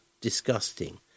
Disgusting